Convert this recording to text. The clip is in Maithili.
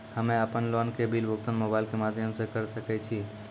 हम्मे अपन लोन के बिल भुगतान मोबाइल के माध्यम से करऽ सके छी?